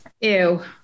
Ew